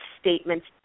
statements